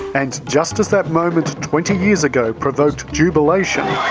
and just as that moment twenty years ago provoked jubilation,